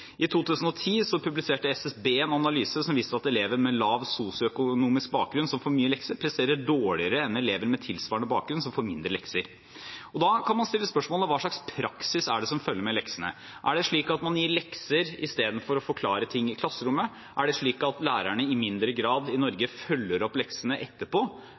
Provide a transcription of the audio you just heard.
I 2010 publiserte SSB en analyse som viste at elever med lav sosioøkonomisk bakgrunn som får mye lekser, presterer dårligere enn elever med tilsvarende bakgrunn som får mindre lekser. Da kan man stille spørsmålet: Hva slags praksis er det som følger med leksene? Er det slik at man gir lekser istedenfor å forklare ting i klasserommet? Er det slik at lærerne i mindre grad i Norge følger opp leksene etterpå,